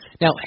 Now